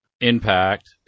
impact